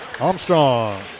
Armstrong